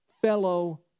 fellow